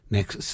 Next